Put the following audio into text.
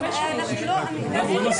אני חובש